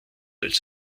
als